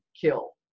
kill